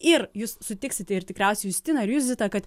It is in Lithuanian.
ir jūs sutiksite ir tikriausiai justina ir jūs zita kad